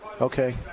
okay